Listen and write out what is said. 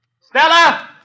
Stella